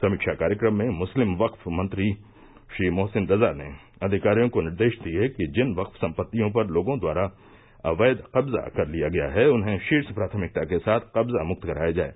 समीक्षा कार्यक्रम में मुस्लिम वक्फ मंत्री श्री मोहसिन रजा ने अधिकारियों को निर्देश दिये कि जिन वक्फ सम्पतियों पर लोगों द्वारा अवैव कब्जा कर लिया गया है उन्हें श्रीर्ष प्राथमिकता के साथ कब्जा मुक्त कराया जाये